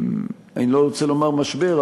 אני לא רוצה לומר משבר,